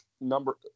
number